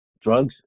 drugs